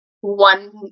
one